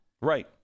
Right